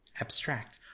abstract